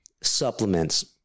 supplements